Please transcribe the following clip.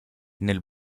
nel